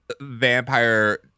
vampire